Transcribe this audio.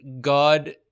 God